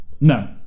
no